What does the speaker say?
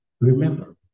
Remember